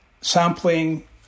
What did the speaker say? sampling